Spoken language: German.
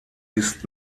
ist